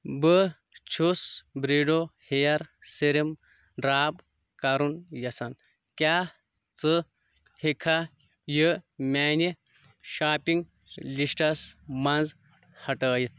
بہٕ چھُس Beardo hair serum drop کرُن یژھان کیٛاہ ژٕ ہٮ۪کھا یہِ میانہِ شاپنگ لسٹس منٛز ہٹٲیِتھ